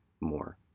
more